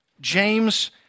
James